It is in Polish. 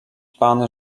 pan